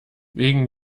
wegen